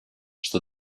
что